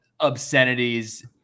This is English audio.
obscenities